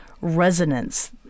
resonance